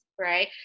right